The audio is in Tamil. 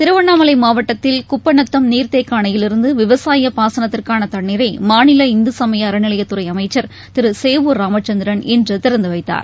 திருவண்ணாமலைமாவட்டத்தில் குப்பநத்தம் நீர்தேக்கஅணையிலிருந்துவிவசாயபாசனத்திற்கானதண்ணீரைமாநில இந்துசமயஅறநிலையத்துறைஅமைச்சர் திருசேவூர் ராமச்சந்திரன் இன்றுதிறந்துவைத்தார்